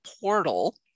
portal